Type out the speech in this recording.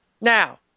Now